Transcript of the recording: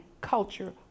culture